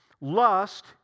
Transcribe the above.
lust